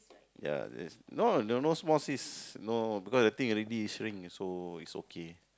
ya there's no there are no small cyst because I think already shrink so it's okay